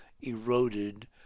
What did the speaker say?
eroded